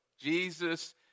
Jesus